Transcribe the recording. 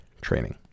training